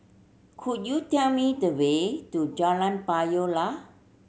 could you tell me the way to Jalan Payoh Lai